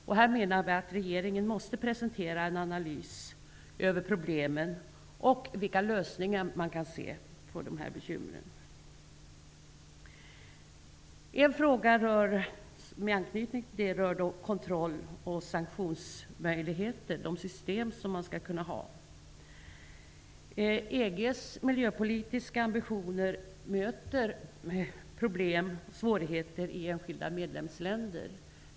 Vi menar att regeringen måste presentera en analys av problemen och vilka lösningar man kan se på dessa. En fråga med anknytning till detta är de system som man skall kunna ha för kontroll och sanktioner. EG:s miljöpolitiska ambitioner möter problem och svårigheter i enskilda medlemsländer.